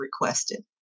requested